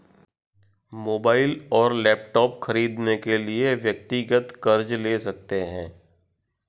mobile और laptop खरीदने के लिए व्यक्तिगत कर्ज ले सकते है